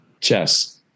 Chess